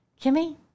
Kimmy